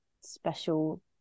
special